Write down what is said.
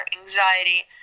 anxiety